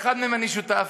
באחת מהן אני שותף.